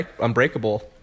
Unbreakable